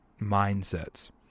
mindsets